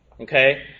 Okay